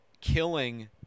killing